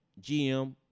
GM